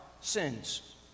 sins